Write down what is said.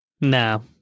No